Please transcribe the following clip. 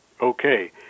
Okay